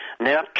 now